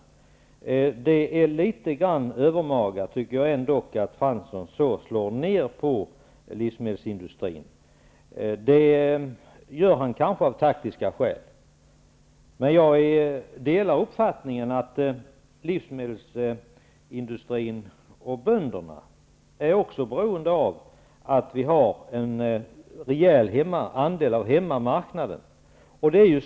Jag tycker ändå att det är litet grand övermaga av Jan Fransson att på det sättet slå ner på livsmedelsindustrin, men det gör han kanske av taktiska skäl. Jag delar dock uppfattningen att livsmedelsindustrin och bönderna också är beroende av en rejäl andel av hemmamarknaden.